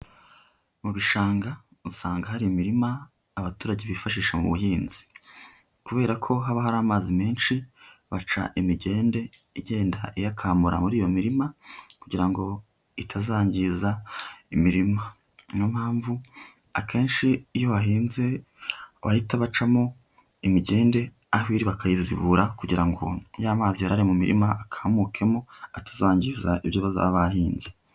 Mu bishanga usanga hari imirima, abaturage bifashisha mu buhinzi. Kubera ko haba hari amazi menshi, baca imigende igenda iyakamura muri iyo mirima, kugira ngo itazangiza imirima. Ni yo mpamvu akenshi iyo bahinze, bahita bacamo imigende, aho iri bakayizibura kugira ngo ya mazi yarari mu mirima akamukemo, atazangiza ibyo bazaba bahinze.